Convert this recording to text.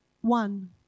One